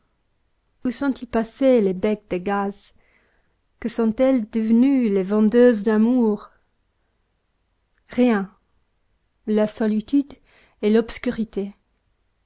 où sont-ils passés les becs de gaz que sont-elles devenues les vendeuses d'amour rien la solitude et l'obscurité